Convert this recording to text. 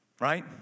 right